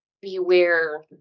beware